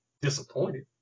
disappointed